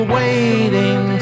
waiting